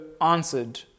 answered